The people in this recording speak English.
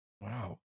Wow